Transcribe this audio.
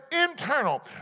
internal